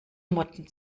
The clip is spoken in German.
motten